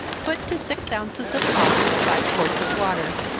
put to six ounces of hops five quarts of water,